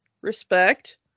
Respect